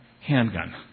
handgun